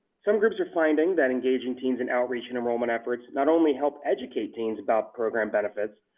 some groups are finding that engaging teens in outreach and enrollment efforts not only helps educate teens about program benefits,